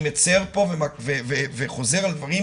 אני מצר פה וחוזר על דברים,